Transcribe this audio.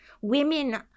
Women